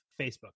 Facebook